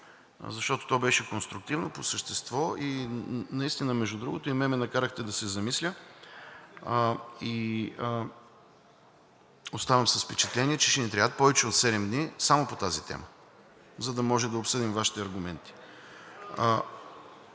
защото то беше конструктивно, по същество и наистина, между другото, и мен ме накарахте да се замисля, и оставам с впечатление, че ще ни трябват повече от седем дни само по тази тема, за да можем да обсъдим Вашите аргументи.